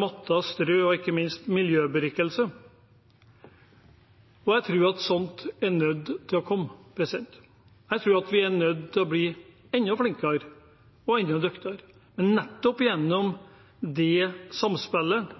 matter, strø og ikke minst miljøberikelse, og jeg tror at sånt er nødt til å komme. Jeg tror at vi er nødt til å bli enda flinkere og enda dyktigere, men nettopp gjennom det samspillet